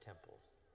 temples